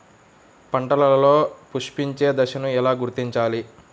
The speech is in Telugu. పంటలలో పుష్పించే దశను ఎలా గుర్తించాలి?